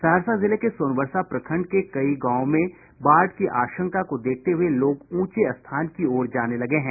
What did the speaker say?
सहरसा जिले के सोनबरसा प्रखंड के कई गांव में बाढ़ की आशंका को देखते हुए लोग ऊंचे स्थान की ओर जाने लगे हैं